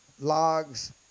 logs